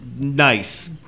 Nice